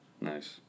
nice